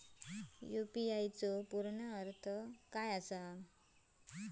UPI चो पूर्ण अर्थ काय?